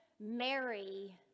mary